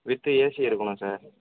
with AC இருக்கணும் sir